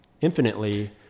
infinitely